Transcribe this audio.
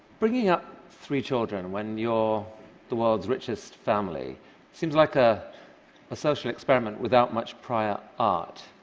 bringing up three children when you're the world's richest family seems like a ah social experiment without much prior art.